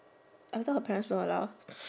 I thought her parents don't allow